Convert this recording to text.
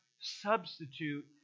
substitute